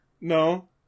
No